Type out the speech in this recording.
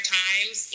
times